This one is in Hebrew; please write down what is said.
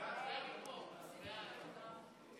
סעיפים 1 6 נתקבלו.